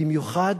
במיוחד